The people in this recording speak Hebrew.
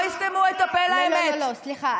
הם לא יסתמו את הפה, לא לא, סליחה.